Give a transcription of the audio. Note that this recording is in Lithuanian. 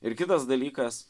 ir kitas dalykas